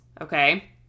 okay